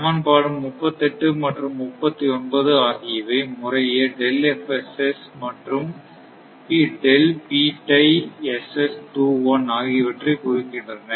சமன்பாடு 38 மற்றும் 39 ஆகியவை முறையே மற்றும் ஆகியவற்றை குறிக்கின்றன